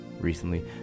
recently